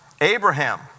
Abraham